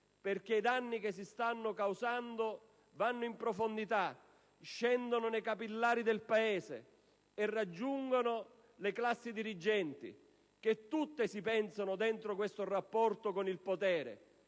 perché i danni che si stanno causando vanno in profondità, scendono nei capillari del Paese fino a raggiungere le classi dirigenti. Queste ultime, tutte, si pensano all'interno di questo rapporto con il potere,